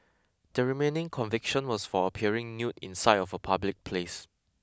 the remaining conviction was for appearing nude in sight of a public place